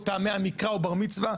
או טעמי המקרא או בר מצווה,